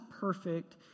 perfect